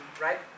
right